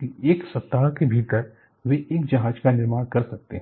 कि एक सप्ताह के भीतर वे एक जहाज का निर्माण कर सकते हैं